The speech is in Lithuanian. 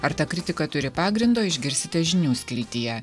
ar ta kritika turi pagrindo išgirsite žinių skiltyje